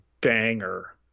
banger